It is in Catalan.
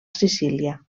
sicília